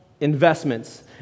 investments